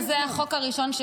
אז זה החוק הראשון,